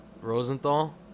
rosenthal